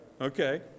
Okay